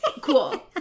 Cool